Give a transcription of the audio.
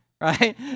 right